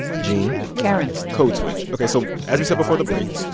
gene karen code switch. ok. so as we said before the break,